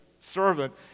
servant